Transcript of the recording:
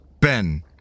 Ben